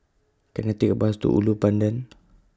Can I Take A Bus to Ulu Pandan